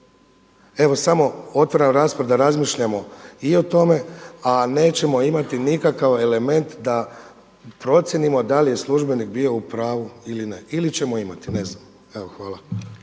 Evo samo otvaram raspravu da razmišljamo i o tome a nećemo imati nikakav element da procijenimo da li je službenik bio u pravu ili ne. Ili ćemo imati ne znam. Evo hvala.